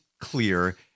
clear